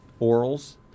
Orals